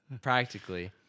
practically